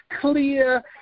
clear